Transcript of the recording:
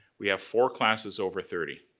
we have four classes over thirty,